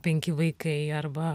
penki vaikai arba